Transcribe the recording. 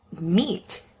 meat